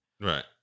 Right